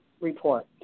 report